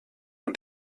und